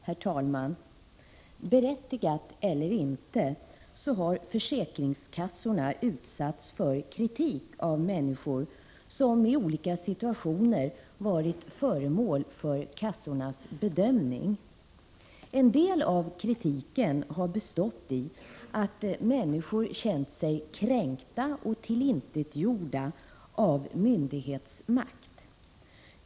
Herr talman! Berättigat eller inte, så har försäkringskassorna utsatts för kritik av människor som i olika situationer varit föremål för bedömning hos kassorna. En del av kritiken har bestått i att människor känt sig kränkta och tillintetgjorda av myndighetsmakt.